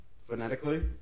phonetically